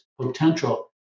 potential